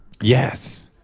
Yes